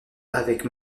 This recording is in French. avec